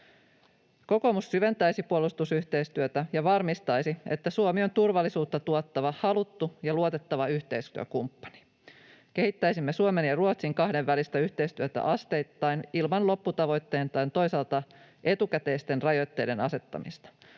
Kokoomus syventäisi puolustusyhteistyötä ja varmistaisi, että Suomi on turvallisuutta tuottava, haluttu ja luotettava yhteistyökumppani. Kehittäisimme Suomen ja Ruotsin kahdenvälistä yhteistyötä asteittain ilman lopputavoitteen tai toisaalta etukäteisten rajoitteiden asettamista.